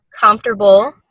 comfortable